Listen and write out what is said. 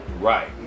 Right